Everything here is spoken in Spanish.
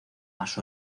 más